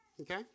Okay